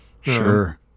Sure